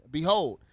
Behold